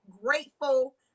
grateful